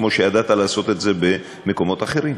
כמו שידעת לעשות את זה במקומות אחרים.